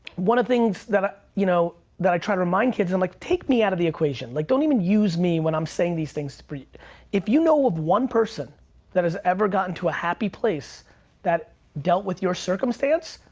one of the things that ah you know that i try to remind kids, and like take me out of the equation. like don't even use me when i'm saying these things for if you know of one person that has ever gotten to a happy place that dealt with your circumstance,